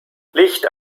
licht